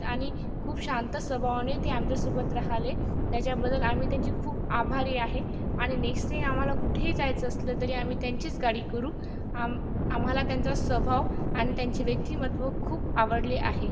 आणि खूप शांत स्वभावाने ते आमच्यासोबत राहिले त्याच्याबद्दल आम्ही त्यांचे खूप आभारी आहे आणि नेक्स्ट टाईम आम्हाला कुठेही जायचं असलं तरी आम्ही त्यांचीच गाडी करू आम आम्हाला त्यांचा स्वभाव आणि त्यांचे व्यक्तिमत्त्व खूप आवडले आहे